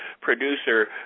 producer